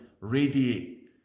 radiate